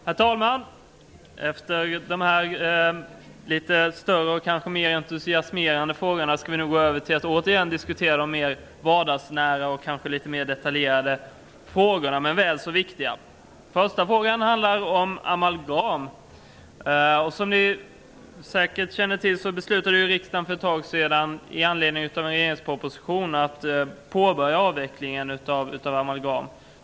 Herr talman! Efter de här större och kanske litet mer entusiasmerande frågorna skall vi nu gå över till några mer vardagsnära och kanske litet mer detaljerade men väl så viktiga frågor. Den första handlar om amalgam. Som ni säkert känner till beslutade riksdagen för ett tag sedan med anledning av en regeringsproposition att påbörja avvecklingen av amalgam.